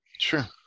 Sure